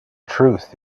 truth